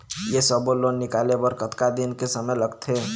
ये सब्बो लोन निकाले बर कतका दिन के समय लगथे?